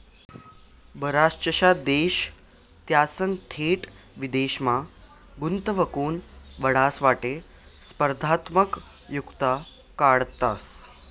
बराचसा देश त्यासना थेट विदेशमा गुंतवणूक वाढावासाठे स्पर्धात्मक युक्त्या काढतंस